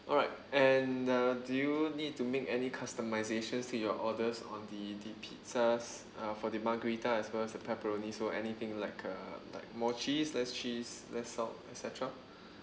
alright and uh do you need to make any customization to your orders on the the pizzas uh for the margheritas as well as the pepperoni so anything like uh like more cheese less cheese less salt et cetera